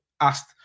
asked